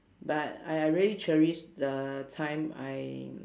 but I I really cherish the time I